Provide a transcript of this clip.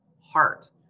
heart